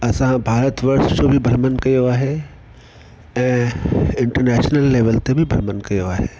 असां भारत वर्ष जो बि भ्रमण कयो आहे ऐं इंटरनैश्नल लेवल ते बि भ्रमण कयो आहे